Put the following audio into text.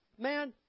Man